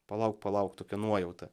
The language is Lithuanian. palauk palauk tokia nuojauta